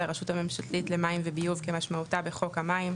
הרשות הממשלתית למים ולביוב כמשמעותה בחוק המים,